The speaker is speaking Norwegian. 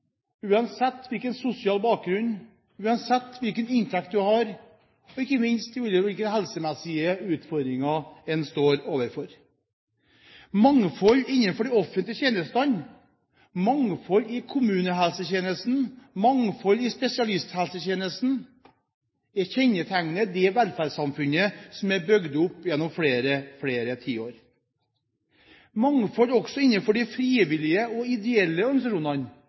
uansett sosial bakgrunn, uansett hvilken inntekt du har og ikke minst uansett hvilke helsemessige utfordringer du står overfor. Mangfold innenfor de offentlige tjenestene, mangfold i kommunehelsetjenesten, mangfold i spesialisthelsetjenesten kjennetegner det velferdssamfunnet som er bygd opp gjennom flere tiår. Mangfold også innenfor de frivillige og ideelle organisasjonene